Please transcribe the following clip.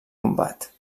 combat